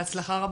בהצלחה רבה.